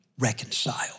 Reconcile